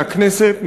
מהכנסת,